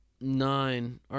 nine